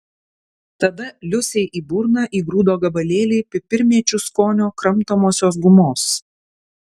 tada liusei į burną įgrūdo gabalėlį pipirmėčių skonio kramtomosios gumos